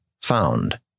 Found